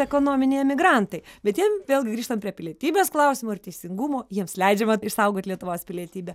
ekonominiai emigrantai bet jiem vėlgi grįžtant prie pilietybės klausimo ir teisingumo jiems leidžiama išsaugot lietuvos pilietybę